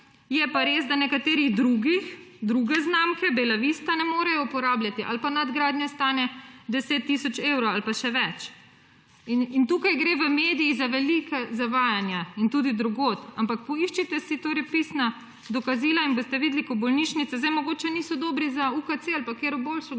je pa res, da nekateri drugi, druge znamke, Belavista, ne morejo uporabljati ali pa nadgradnja stane 10 tisoč evrov ali pa še več. Tukaj gre v medijih za velika zavajanja in tudi drugod. Ampak poiščite si torej pisna dokazila in boste videli, ko bolnišnice … Zdaj mogoče niso dobri za UKC ali pa katero boljšo